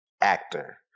actor